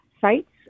sites